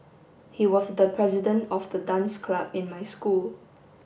he was the president of the dance club in my school